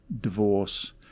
divorce